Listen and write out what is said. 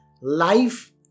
Life